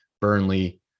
Burnley